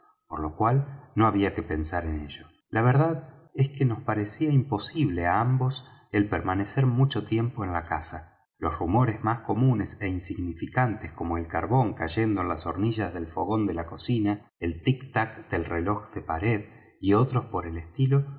por lo cual no había que pensar en ello la verdad es que nos parecía imposible á ambos el permanecer mucho tiempo en la casa los rumores más comunes é insignificantes como el carbón cayendo en las hornillas del fogón de la cocina el tic-tac del reloj de pared y otros por el estilo